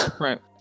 right